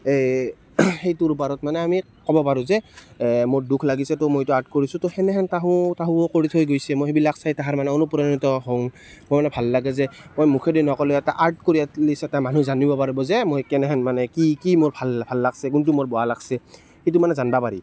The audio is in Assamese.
এই সেইটোৰ ওপৰত মানে আমি ক'ব পাৰোঁ যে মোৰ দুখ লাগিছে তো মই এইটো আৰ্ট কৰিছোঁ তো সেনেহেন তাহো তাহো কৰি থৈ গৈছে মই সেইবিলাক চাই তাৰমানে অনুপ্ৰেণিত হওঁ মোৰ মানে ভাল লাগে যে মই মুখেদি নক'লেও এটা আৰ্ট কৰি এটলিষ্ট এটা মানুহ জানিব পাৰিব যে মই কেনেহেন মানে কি কি মোৰ ভাল ভাল লাগিছে কোনটো মোৰ বেয়া লাগিছে সেইটো মানে জানিব পাৰি